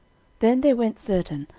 then there went certain,